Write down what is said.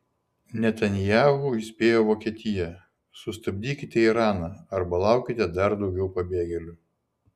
netanyahu įspėjo vokietiją sustabdykite iraną arba laukite dar daugiau pabėgėlių